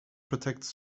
protects